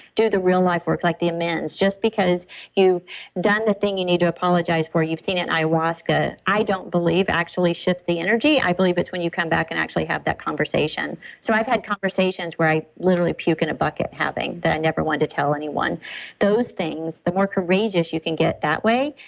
do the real life work like the amends, just because you've done the thing you need to apologize for. you've seen in ayahuasca, i don't believe actually shifts the energy. i believe it's when you come back and actually have that conversation. so i've had conversations where i literally puke in a bucket having that. i never wanted to tell anyone those things, the more courageous you can get that way,